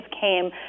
came